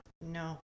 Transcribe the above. no